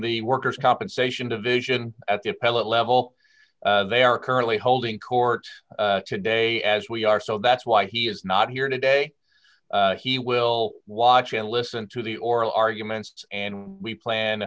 the worker's compensation division at the appellate level they are currently holding court today as we are so that's why he is not here today he will watch and listen to the oral arguments and we plan